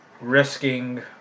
risking